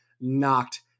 knocked